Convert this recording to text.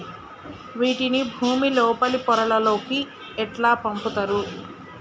నీటిని భుమి లోపలి పొరలలోకి ఎట్లా పంపుతరు?